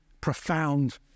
profound